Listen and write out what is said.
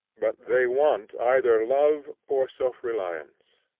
but they want either love or self-reliance.